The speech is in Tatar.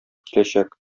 киләчәк